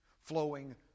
flowing